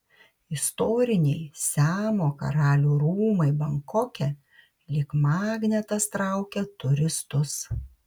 istoriniai siamo karalių rūmai bankoke lyg magnetas traukia turistus